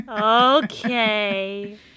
okay